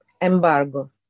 embargo